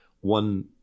one